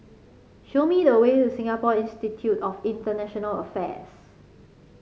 show me the way to Singapore Institute of International Affairs